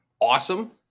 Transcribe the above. awesome